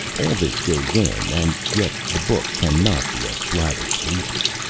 all this goes in, and yet the book cannot be a slavish repeat.